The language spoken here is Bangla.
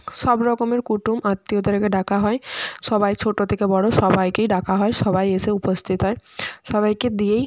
সব রকমের কুটুম আত্মীয়দেরকে ডাকা হয় সবাই ছোটো থেকে বড়ো সবাইকেই ডাকা হয় সবাই এসে উপস্থিত হয় সবাইকে দিয়েই